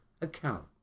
account